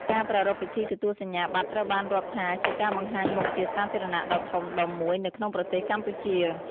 ការប្រារព្ធពិធីទទួលសញ្ញាប័ត្រត្រូវបានរាប់ថាជាការបង្ហាញមុខជាសាធារណៈដ៏ធំដុំមួយនៅក្នុងប្រទេសកម្ពុជា។